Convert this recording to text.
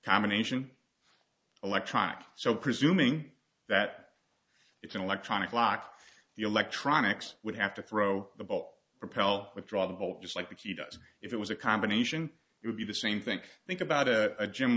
combination electronic so presuming that it's an electronic lock the electronics would have to throw the ball propel withdraw the ball just like he does if it was a combination it would be the same think think about a gym